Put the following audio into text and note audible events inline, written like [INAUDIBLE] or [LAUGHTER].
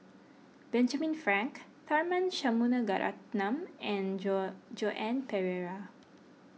Benjamin Frank Tharman Shanmugaratnam and [UNINTELLIGIBLE] Joan Pereira